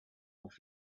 off